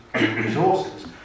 resources